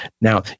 Now